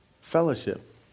Fellowship